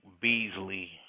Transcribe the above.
Beasley